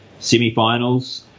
semifinals